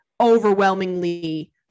overwhelmingly